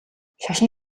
шашин